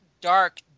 dark